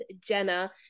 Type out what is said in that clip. Jenna